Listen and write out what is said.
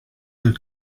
del